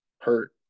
hurt